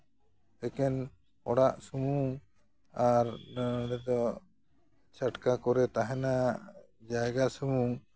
ᱮᱠᱮᱱ ᱚᱲᱟᱜ ᱥᱩᱢᱩᱝ ᱟᱨ ᱱᱚᱰᱮ ᱫᱚ ᱪᱷᱟᱴᱠᱟ ᱠᱚᱨᱮ ᱛᱟᱦᱮᱱᱟ ᱡᱟᱭᱜᱟ ᱥᱩᱢᱩᱝ